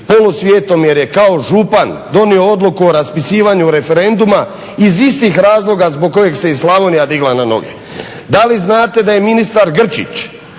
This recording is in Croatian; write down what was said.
polusvijetom jer je kao župan donio Odluku o raspisivanju referenduma iz istih razloga zbog kojeg se i Slavonija digla na noge? Da li znate da je ministar Grčić